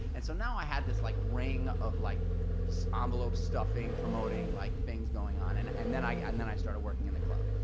and so now i had this like ring of like so um envelope stuffing, promoting, like things going on. and and then i um then i started working in the club.